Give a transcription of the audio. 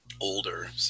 older